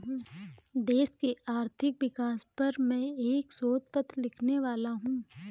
देश की आर्थिक विकास पर मैं एक शोध पत्र लिखने वाला हूँ